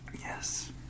Yes